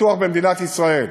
בטוח במדינת ישראל,